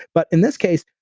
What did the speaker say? but in this case,